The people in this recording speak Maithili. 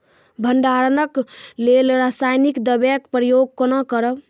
भंडारणक लेल रासायनिक दवेक प्रयोग कुना करव?